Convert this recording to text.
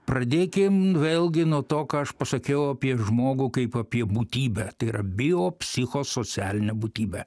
pradėkim vėlgi nuo to ką aš pasakiau apie žmogų kaip apie būtybę tai yra biopsichosocialinė būtybė